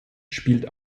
spielt